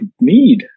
need